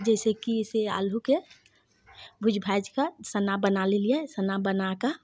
जैसेकि से आलूके भूइज भाजि के सन्ना बना लेलियै सन्ना बना कऽ